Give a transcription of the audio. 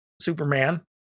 superman